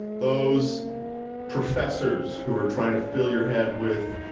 those professors who are trying to fill your head with